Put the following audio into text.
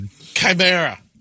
Chimera